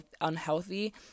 unhealthy